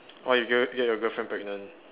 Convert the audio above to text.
oh you get get your girlfriend pregnant